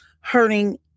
hurting